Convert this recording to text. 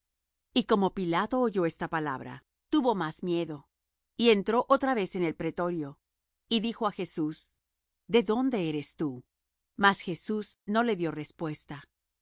y como pilato oyó esta palabra tuvo más miedo y entró otra vez en el pretorio y dijo á jesús de dónde eres tú mas jesús no le dió respuesta